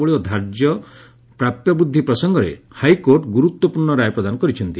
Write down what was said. ବଳୀ ଧାର୍ଯ୍ୟ ଓ ପ୍ରାପ୍ୟ ବୃଦ୍ଧି ପ୍ରସଙ୍ଗରେ ହାଇକୋର୍ଟ ଗୁରୁତ୍ୱପ୍ରର୍ଣ୍ଣ ରାୟ ପ୍ରଦାନ କରିଛନ୍ତି